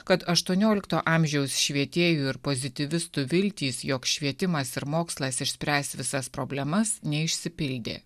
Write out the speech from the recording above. kad aštuoniolikto amžiaus švietėjų ir pozityvistų viltys jog švietimas ir mokslas išspręs visas problemas neišsipildė